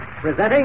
Presenting